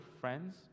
friends